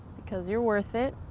because you're worth it.